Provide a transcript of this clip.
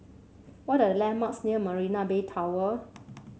what are the landmarks near Marina Bay Tower